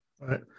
right